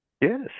Yes